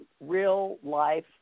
real-life